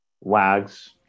Wags